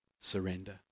Surrender